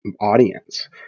audience